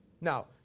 Now